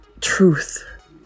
truth